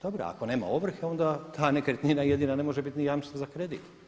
Dobro, ako nema ovrhe onda ta nekretnina jedina ne može biti ni jamstvo za kredit.